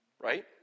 right